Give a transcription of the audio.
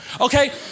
Okay